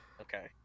Okay